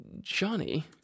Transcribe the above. Johnny